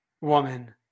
woman